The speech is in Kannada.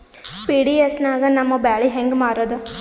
ಪಿ.ಡಿ.ಎಸ್ ನಾಗ ನಮ್ಮ ಬ್ಯಾಳಿ ಹೆಂಗ ಮಾರದ?